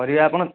ପରିବା ଆପଣ